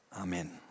amen